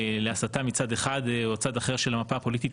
להסתה מצד אחד או צד אחר של המפה הפוליטית,